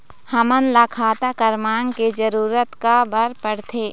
हमन ला खाता क्रमांक के जरूरत का बर पड़थे?